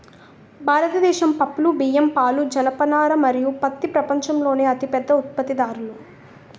భారతదేశం పప్పులు, బియ్యం, పాలు, జనపనార మరియు పత్తి ప్రపంచంలోనే అతిపెద్ద ఉత్పత్తిదారులు